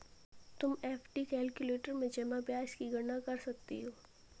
तुम FD calculator में जमा ब्याज की गणना कर सकती हो